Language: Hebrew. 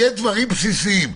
יהיו דברים בסיסיים?